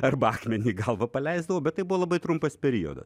arba akmenį į galvą paleisdavau bet tai buvo labai trumpas periodas